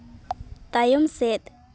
ᱛᱟᱭᱚᱢ ᱥᱮᱫ